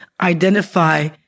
identify